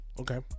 Okay